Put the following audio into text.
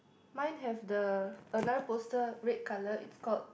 mine have the another post red colour it's called